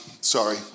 sorry